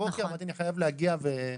הבוקר ואמרתי שאני חייב להגיע ולדבר על זה.